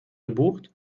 gebucht